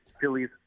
Phillies